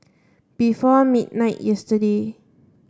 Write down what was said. before midnight yesterday